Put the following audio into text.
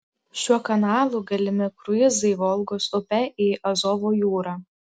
šiuo kanalu galimi kruizai volgos upe į azovo jūrą